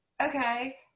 okay